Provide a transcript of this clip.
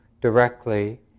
directly